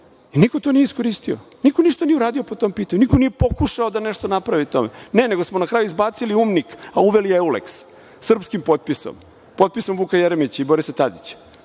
i niko to nije iskoristio, niko ništa nije uradio po tom pitanju, niko nije pokušao nešto da napravi od toga. Ne, nego smo na kraju izbacili UNMIK, a uveli EULEKS, srpskim potpisom, potpisom Vuka Jeremića i Borisa Tadića.